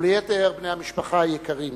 וליתר בני המשפחה היקרים